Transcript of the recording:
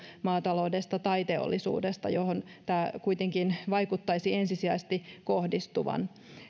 maataloudesta tai teollisuudesta johon tämä kuitenkin vaikuttaisi ensisijaisesti kohdistuvan